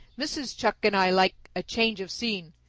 mrs. chuck and i like a change of scene.